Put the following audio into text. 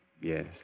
Yes